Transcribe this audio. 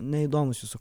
neįdomus jūsų